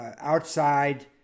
outside